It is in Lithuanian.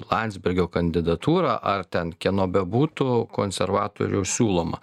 landsbergio kandidatūrą ar ten kieno bebūtų konservatorių siūloma